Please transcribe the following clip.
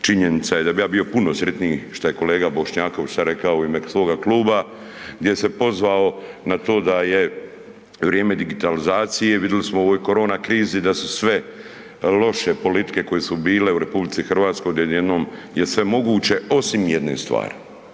činjenica je da bi ja bio puno sretniji što je kolega Bošnjaković sada rekao u ime svoga kluba gdje se pozvao na to da je vrijeme digitalizacije, vidjeli smo u ovoj korona krizi da su sve loše politike koje su bile u RH, da je odjednom sve moguće, osim jedne stvari